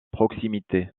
proximité